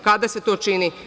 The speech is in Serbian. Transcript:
Kada se to čini?